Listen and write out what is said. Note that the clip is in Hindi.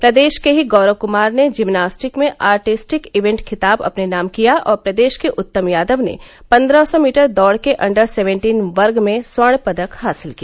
प्रदेश के ही गौरव कुमार ने जिमनास्टिक में आर्टिस्टिक इवेन्ट खिताब अपने नाम किया और प्रदेश के उत्तम यादव ने पन्दह सौ मीटर दौड़ के अण्डर सेवेन्टीन वर्ग में स्वर्ण पदक हासिल किया